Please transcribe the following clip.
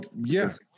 yes